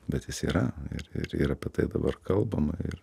bet jis yra ir ir ir apie tai dabar kalbama ir